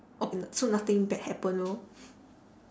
oh n~ so nothing bad happen no